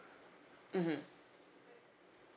mmhmm